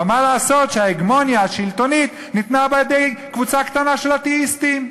אבל מה לעשות שההגמוניה השלטונית ניתנה בידי קבוצה קטנה של אתאיסטים?